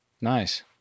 nice